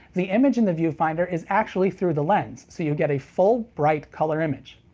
the image in the viewfinder is actually through-the-lens, so you get a full bright, color image.